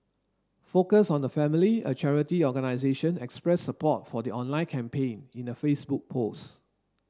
focus on the Family a charity organisation expressed support for the online campaign in a Facebook post